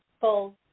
full